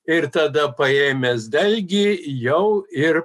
ir tada paėmęs dalgį jau ir